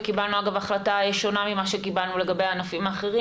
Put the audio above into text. וקיבלנו אגב החלטה שונה ממה שקיבלנו לגבי ענפים אחרים.